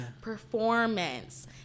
performance